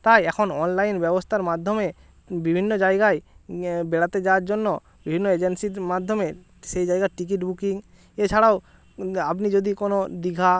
তাই এখন অনলাইন ব্যবস্থার মাধ্যমে বিভিন্ন জায়গায় বেড়াতে যাওয়ার জন্য বিভিন্ন এজেন্সির মাধ্যমে সেই জায়গার টিকিট বুকিং এছাড়াও আপনি যদি কোনো দীঘা